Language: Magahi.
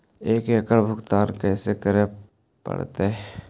एकड़ भुगतान कैसे करे पड़हई?